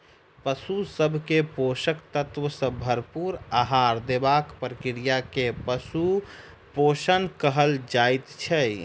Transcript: पशु सभ के पोषक तत्व सॅ भरपूर आहार देबाक प्रक्रिया के पशु पोषण कहल जाइत छै